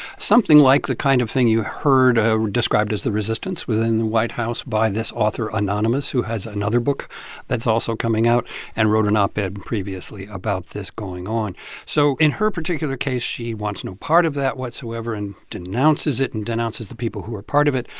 something like the kind of thing you heard ah described as the resistance within the white house by this author anonymous, who has another book that's also coming out and wrote an op-ed and previously about this going on so in her particular case, she wants no part of that whatsoever and denounces it and denounces the people who are part of it.